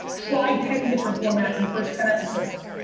try ten different formats in the first ten episodes.